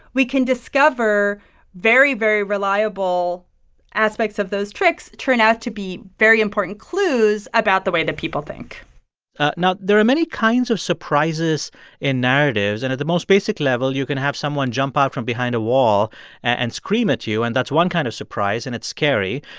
we can discover very, very reliable aspects of those tricks turn out to be very important clues about the way that people think now, there are many kinds of surprises in narratives. and at the most basic level, you can have someone jump out from behind a wall and scream at you, and that's one kind of surprise, and it's scary.